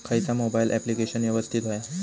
खयचा mobile application यवस्तित होया?